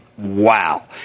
Wow